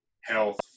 health